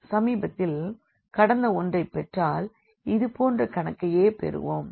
சமீபத்தில் கடந்த ஒன்றைப் பெற்றால் இது போன்ற கணக்கையே பெறுவோம்